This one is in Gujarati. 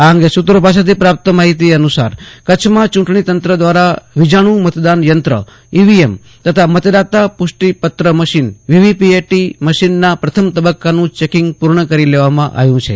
આ અંગે સૂત્રો પાસેથી પ્રાપ્ત માહિતી અનુસાર કચ્છમાં ચૂંટણીતંત્ર દ્વારા વિજાણું મતદાન યંત્ર ઈવીએમ તથા મતદાતા પુષ્ટિ પત્ર મશીન વિવીપેટના પ્રથમ તબક્કાનું ચેકિંગ પૂર્ણ કરી લેવામાં આવ્યું છે